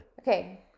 Okay